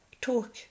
talk